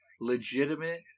legitimate